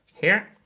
here.